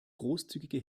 großzügige